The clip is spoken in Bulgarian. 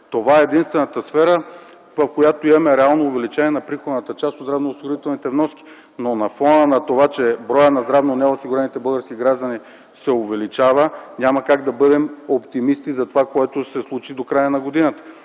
Това е единствената сфера, в която имаме реално увеличение на приходната част от здравноосигурителните вноски. Но на фона на това, че броят на здравно неосигурените български граждани се увеличава, няма как да бъдем оптимисти за това, което ще се случи до края на годината.